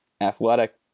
Athletic